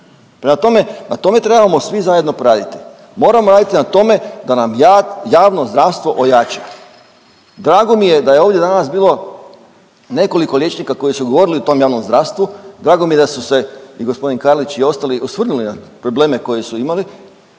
na tome trebamo svi zajedno poraditi. Moramo raditi na tome da nam javno zdravstvo ojača. Drago mi je da je ovdje danas bilo nekoliko liječnika koji su govorili o tom javnom zdravstvu. Drago mi je da su se i gospodin Karlić i ostali osvrnuli na probleme koje su imali,